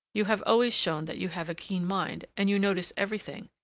you have always shown that you have a keen mind, and you notice everything.